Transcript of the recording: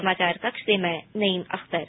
समाचार कक्ष से मैं नईम अखतर